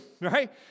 right